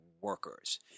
workers